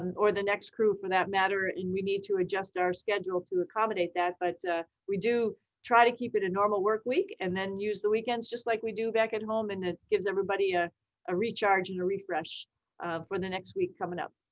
or the next group for that matter, and we need to adjust our schedule to accommodate that, but we do try to keep it a normal work week, and then use the weekends just like we do back at home, and it gives everybody ah a recharge and a refresh um for the next week coming up.